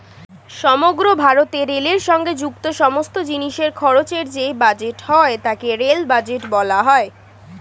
সমগ্র ভারতে রেলের সঙ্গে যুক্ত সমস্ত জিনিসের খরচের যে বাজেট হয় তাকে রেল বাজেট বলা হয়